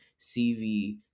CV